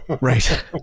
Right